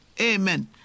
Amen